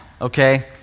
okay